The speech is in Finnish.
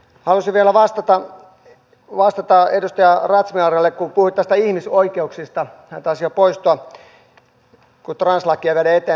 halusin vielä vastata edustaja razmyarille puhuitte näistä ihmisoikeuksista hän taisi jo poistua kun translakia viedään eteenpäin